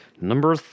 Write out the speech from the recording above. Number